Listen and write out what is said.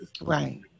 Right